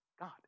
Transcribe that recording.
God